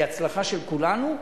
היא הצלחה של כולנו,